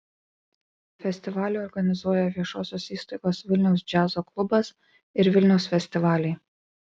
festivalį organizuoja viešosios įstaigos vilniaus džiazo klubas ir vilniaus festivaliai